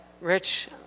rich